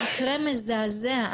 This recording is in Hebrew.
מקרה מזעזע.